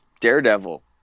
daredevil